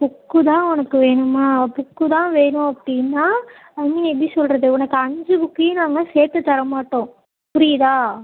book தான் உனக்கு வேணுமா புக்கு தான் வேணும் அப்படின்னா ஐ மீன் எப்படி சொல்கிறது உனக்கு அஞ்சு புக்கையும் நாங்கள் சேர்த்து தரமாட்டோம் புரியுதா